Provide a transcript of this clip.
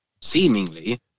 seemingly